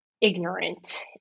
ignorant